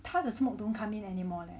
他的 smoke don't come in anymore leh